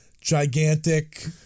gigantic